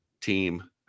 team